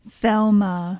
Thelma